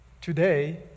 today